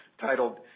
titled